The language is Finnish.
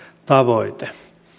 tavoite